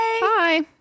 Bye